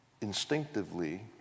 instinctively